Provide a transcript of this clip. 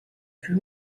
plus